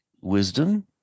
wisdom